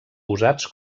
usats